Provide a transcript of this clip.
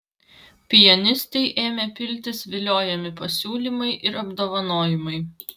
pianistei ėmė piltis viliojami pasiūlymai ir apdovanojimai